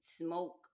smoke